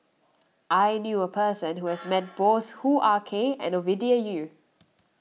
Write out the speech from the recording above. I knew a person who has met both Hoo Ah Kay and Ovidia Yu